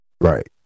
Right